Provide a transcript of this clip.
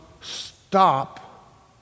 stop